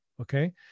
Okay